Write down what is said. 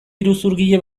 iruzurgile